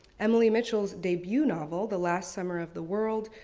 emily mitchell's debut novel, the last summer of the world,